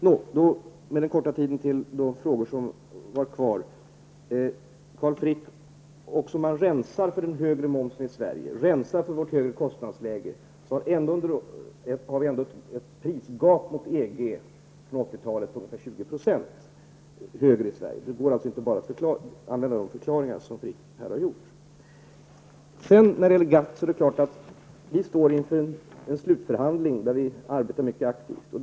Låt mig med den korta tid som jag har kvar för svar på frågor säga till Carl Frick: Om man rensar siffrorna med hänsyn till den högre momsen i Sverige och vårt högre kostnadsläge, har vi ändå ett prisgap från 1980-talet i förhållande till EG på ungefär 20 %, innebärande ungefär 20 % högre kostnader i Sverige. Man kan alltså inte använda bara de förklaringar som Carl Frick här har anfört. När det gäller GATT står vi inför en slutförhandling, som vi arbetar mycket aktivt med.